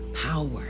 power